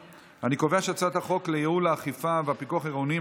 חוק לייעול האכיפה והפיקוח העירוניים